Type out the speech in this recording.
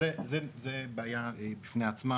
זו בעיה בפני עצמה